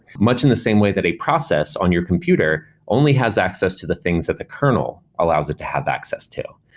much in the same way that a process on your computer only has access to the things that the kernel allows it to have access to.